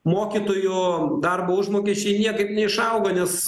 mokytojų darbo užmokesčiai niekaip neišauga nes